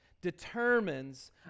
determines